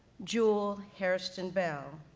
jewel hairston bell,